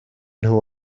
nhw